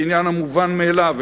כעניין המובן מאליו,